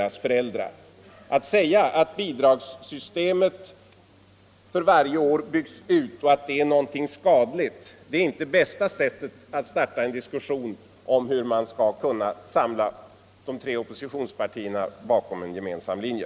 Att göra gällande att den utbyggnad av bidragssystemet som äger rum varje år är skadlig är inte det bästa sättet att starta en diskussion om hur man skall samla de tre oppositionspartierna till en gemensam linje.